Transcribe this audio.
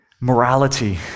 morality